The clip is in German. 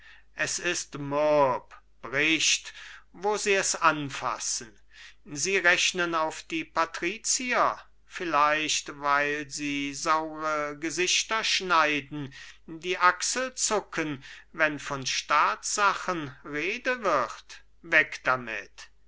es ist mürb bricht wo sie es anfassen sie rechnen auf die patrizier vielleicht weil sie saure gesichter schneiden die achsel zucken wenn von staatssachen rede wird weg damit